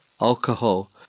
alcohol